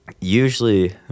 usually